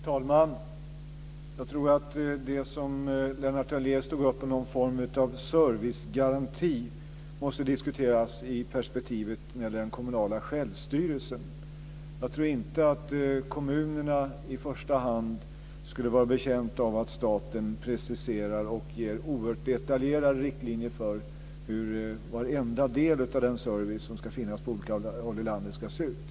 Fru talman! Jag tror att det som Lennart Daléus tog upp om en form av servicegaranti måste diskuteras i perspektivet av den kommunala självstyrelsen. Jag tror inte att kommunerna i första hand skulle vara betjänta av att staten preciserar och ger oerhört detaljerade riktlinjer för hur varenda del av den service som ska finnas på olika håll i landet ska se ut.